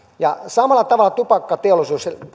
ja samalla tavalla tupakkateollisuudessa